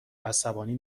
عصبانی